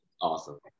awesome